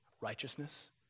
Righteousness